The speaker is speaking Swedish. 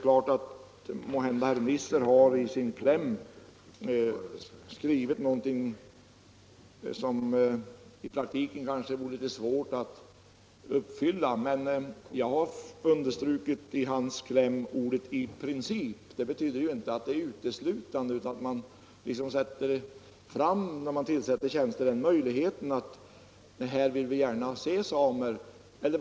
Herr Nissers skrivning i motionens kläm är kanske i praktiken svår att tillgodose, men jag har beträffande hans kläm understrukit orden ”i princip”. Genom dessa anges att det inte är fråga om en tvingande regel utan att man vid tillsättandet av tjänster också skall ta med i bedömningen att det är av värde att ha samer på sådana poster.